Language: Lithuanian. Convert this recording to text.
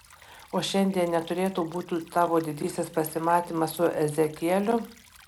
o šiandien neturėtų būti tavo didysis pasimatymas su ezekieliu